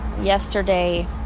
yesterday